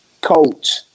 coach